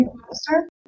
Master